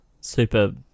Super